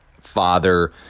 father